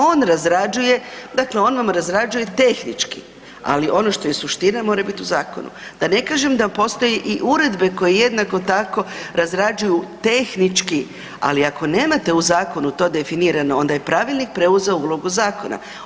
On razrađuje, dakle on vam razrađuje tehnički, ali ono što je suština, mora biti u zakonu, da ne kažem da postoje uredbe koje jednako tako razrađuju tehnički, ali ako nemate u zakonu to definirano, onda je pravilnik preuzeo ulogu zakona.